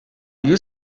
you